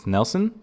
Nelson